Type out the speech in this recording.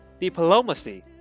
Diplomacy